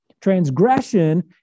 Transgression